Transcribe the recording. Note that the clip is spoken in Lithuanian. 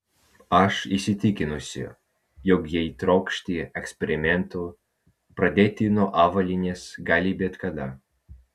aš įsitikinusi jog jei trokšti eksperimentų pradėti nuo avalynės gali bet kada